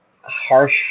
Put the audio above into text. harsh